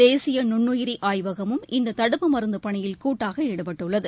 தேசிய நுண்னுயிரி ஆய்வகமும் இந்த தடுப்பு மருந்து பணியில் கூட்டாக ஈடுபட்டுள்ளது